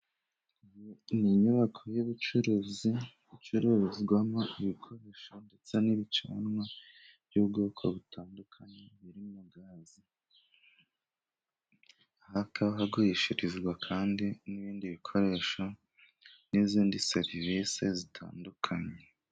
Ni inyubako y'ubucuruzi icururizwamo ibikoresho ndetse n'ibicanwa by'ubwoko butandukanye birimo gazi. Aha hakaba hagurishirizwa kandi n'ibindi bikoresho, n'izindi serivisi zitandukanye.